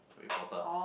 an importer